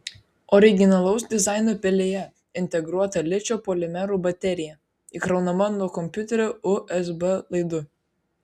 originalaus dizaino pelėje integruota ličio polimerų baterija įkraunama nuo kompiuterio usb laidu